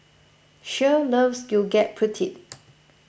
Shirl loves Gudeg Putih